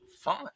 fine